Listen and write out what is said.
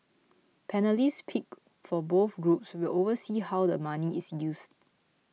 panellist picked for both groups will oversee how the money is used